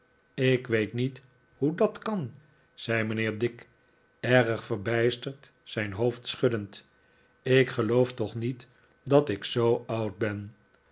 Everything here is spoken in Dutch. ik weet niet hoe dat kan zei mijnheer dick erg verbijsterd zijn hoofd schuddend ik geloof toch niet dat ik zoo oud ben